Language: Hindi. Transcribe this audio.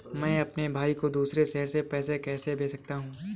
मैं अपने भाई को दूसरे शहर से पैसे कैसे भेज सकता हूँ?